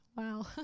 Wow